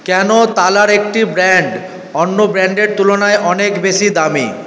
কেন তালার একটি ব্র্যান্ড অন্য ব্র্যান্ডের তুলনায় অনেক বেশি দামী